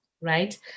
right